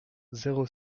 zéro